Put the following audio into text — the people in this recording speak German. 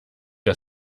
der